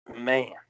Man